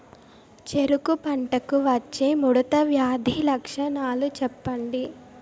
చెరుకు పంటకు వచ్చే ముడత వ్యాధి లక్షణాలు చెప్పండి?